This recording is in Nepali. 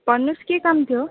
भन्नुहोस् के काम थियो